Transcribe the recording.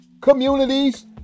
communities